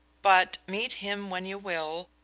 but, meet him when you will,